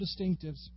distinctives